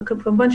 כמובן,